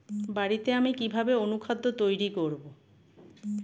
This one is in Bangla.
বাড়িতে আমি কিভাবে অনুখাদ্য তৈরি করব?